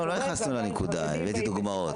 לא נכנסו לנקודה, רק הבאתי דוגמאות.